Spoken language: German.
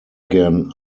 gern